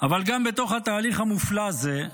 אבל גם בתוך התהליך המופלא הזה,